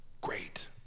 great